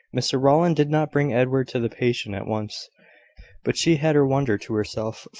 mr rowland did not bring edward to the patient at once but she had her wonder to herself,